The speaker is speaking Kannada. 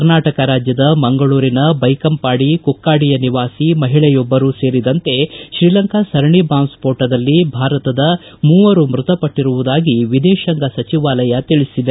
ಕರ್ನಾಟಕ ರಾಜ್ಯದ ಮಂಗಳೂರಿನ ಬೈಕಂಪಾಡಿಯ ಕುಕ್ಕಾಡಿಯ ನಿವಾಸಿಮಹಿಳೆಯೊಬ್ಬರು ಸೇರಿದಂತೆ ತ್ರೀಲಂಕಾ ಸರಣಿ ಬಾಂಬ್ ಸ್ಕೋಟದಲ್ಲಿ ಭಾರತದ ಮೂವರು ಮೃತಪಟ್ಟರುವುದಾಗಿ ವಿದೇಶಾಂಗ ಸಚಿವಾಲಯ ತಿಳಿಸಿದೆ